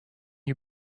you